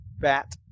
bat